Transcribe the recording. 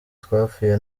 twapfuye